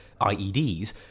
IEDs